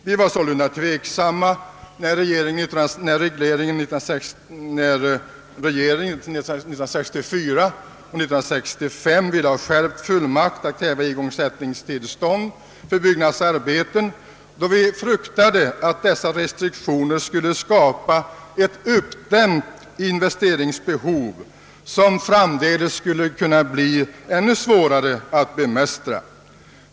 Vi var sålunda tveksamma när regeringen 1964 och 1965 ville ha skärpt fullmakt att lämna igångsättningstillstånd för byggnadsarbeten, då vi fruktade att dessa restriktioner skulle skapa ett uppdämt investeringsbehov, som framdeles skulle kunna bli ännu svårare att bemästra.